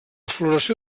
floració